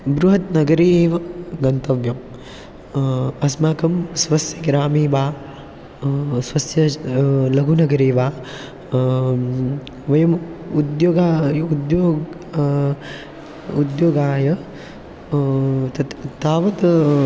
बृहत् नगरे एव गन्तव्यम् अस्माकं स्वस्य ग्रामे वा स्वस्य लघुनगरे वा वयम् उद्योगं उद्योगं उद्योगाय तत् तावत्